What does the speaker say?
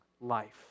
life